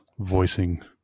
Voicing